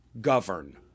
govern